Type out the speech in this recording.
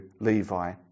Levi